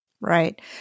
Right